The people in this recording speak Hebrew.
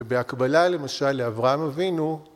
‫ובהקבלה למשל לאברהם אבינו...